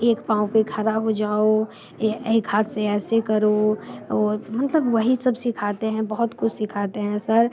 एक पाँव पर खड़े हो जाओ या एक हाथ से ऐसे करो वो मतलब वही सब सीखाते हैं बहुत कुछ सीखाते हैं सर